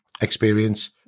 experience